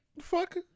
Fuck